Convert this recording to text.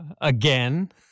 again